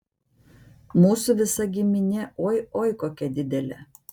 mūsų visa giminė oi oi kokia didelė